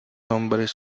hombres